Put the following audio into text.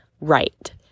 right